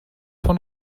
von